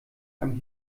einem